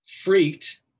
Freaked